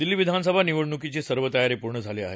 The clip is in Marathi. दिल्ली विधानसभा निवडणुकीची सर्व तयारी पूर्ण झाली आहे